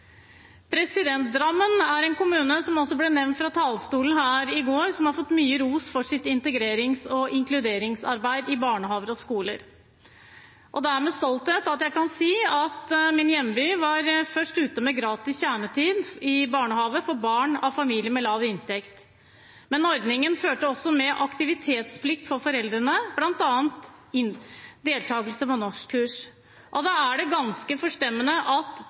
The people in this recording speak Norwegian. Drammen er en kommune som også ble nevnt fra talerstolen her i går, som har fått mye ros for sitt integrerings- og inkluderingsarbeid i barnehager og skoler. Det er med stolthet jeg kan si at min hjemby var først ute med gratis kjernetid i barnehage for barn av familier med lav inntekt. Men ordningen førte også med seg aktivitetsplikt for foreldrene, bl.a. deltakelse på norskkurs. Da er det ganske forstemmende at